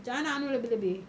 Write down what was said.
jangan nak anuh lebih-lebih